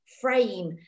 frame